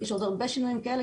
יש עוד הרבה שינויים כאלה.